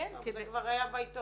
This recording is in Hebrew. כי זה כבר היה בעיתון,